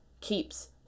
keeps